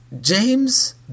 James